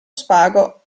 spago